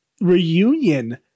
reunion